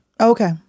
okay